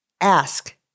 ask